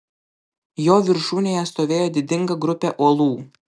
jo viršūnėje stovėjo didinga grupė uolų